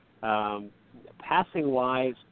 Passing-wise